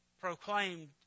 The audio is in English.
proclaimed